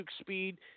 speed